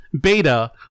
Beta